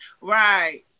right